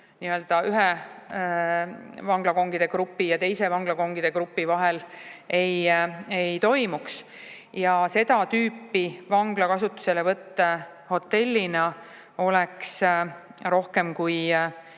ühe vanglakongide grupi ja teise vanglakongide grupi vahel ei toimuks. Ja seda tüüpi vangla kasutuselevõtt hotellina on rohkem kui